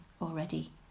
already